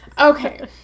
Okay